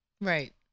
Right